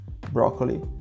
broccoli